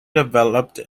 developed